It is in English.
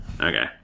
Okay